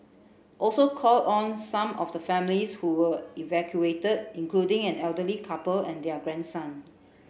also called on some of the families who were evacuated including an elderly couple and their grandson